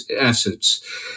assets